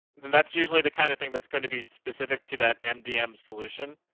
that's usually the kind of thing, that's going to be specific to that mdm solution.